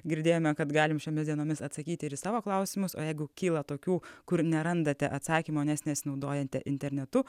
girdėjome kad galim šiomis dienomis atsakyti ir į savo klausimus o jeigu kyla tokių kur nerandate atsakymo nes nesinaudojate internetu